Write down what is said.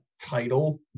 title